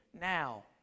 now